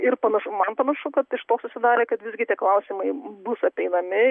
ir panašu man panašu kad iš to susidarė kad visgi tie klausimai bus apeinami